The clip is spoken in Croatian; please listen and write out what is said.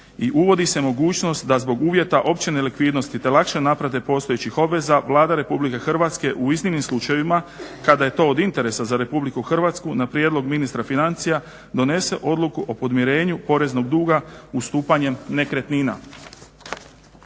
I uvodi se mogućnost da zbog uvjeta opće nelikvidnosti te lakše naplate postojećih obveza Vlada Republike Hrvatske u iznimnim slučajevima kada je to od interesa za RH na prijedlog ministra financija donese odluku o podmirenju poreznog duga ustupanjem nekretnina.